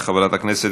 חברת הכנסת